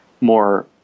more